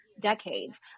decades